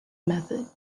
method